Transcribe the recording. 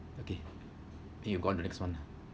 okay think you go on to the next one ah